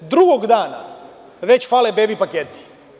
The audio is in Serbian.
Drugog dana već fale bebi paketi.